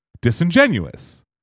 disingenuous